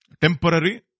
temporary